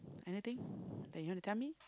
anything that you want to tell me